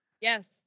Yes